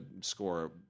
score